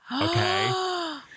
Okay